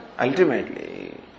ultimately